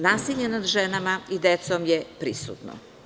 Nasilje nad ženama i decom je prisutno.